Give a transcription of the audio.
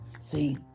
See